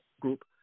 group